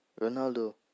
Ronaldo